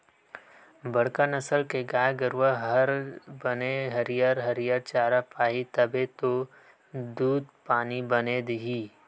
बड़का नसल के गाय गरूवा हर बने हरियर हरियर चारा पाही तभे तो दूद पानी बने दिही